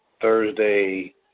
Thursday